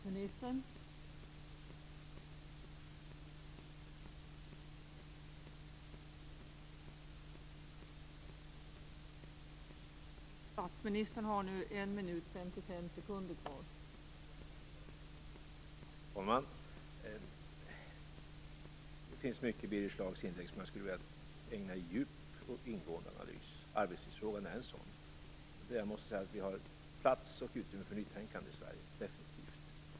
Fru talman! Det finns mycket i Birger Schlaugs inlägg som jag skulle vilja ägna en djup och ingående analys. Arbetstidsfrågan är en sådan fråga, i vilken jag måste säga att vi definitivt har plats och utrymme för nytänkande i Sverige.